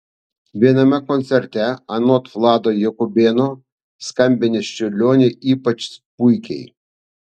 viename koncerte anot vlado jakubėno skambinęs čiurlionį ypač puikiai